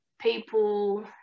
people